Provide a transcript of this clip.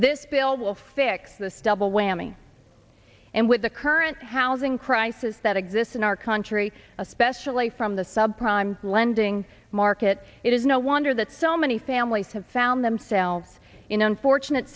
this bill will fix this double whammy and with the current housing crisis that exists in our country especially from the sub prime lending market it is no wonder that so many families have found themselves in unfortunate